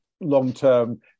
long-term